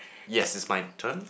yes it's my turn